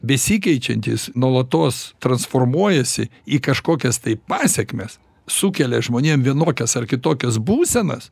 besikeičiantys nuolatos transformuojasi į kažkokias tai pasekmes sukelia žmonėm vienokias ar kitokias būsenas